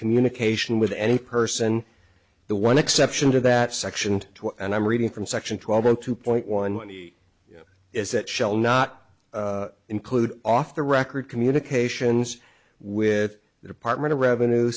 communication with any person the one exception to that section and i'm reading from section twelve and two point one is that shall not include off the record communications with the department of revenue